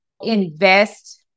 invest